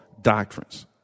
doctrines